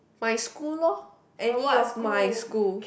my school lor any of my school